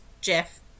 Jeff